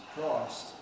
Christ